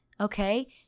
okay